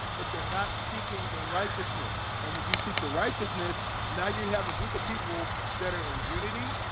but they're not seeking the righteousness and when you seek the righteousness now, you have a group of people that are in unity.